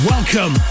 Welcome